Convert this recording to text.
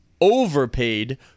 overpaid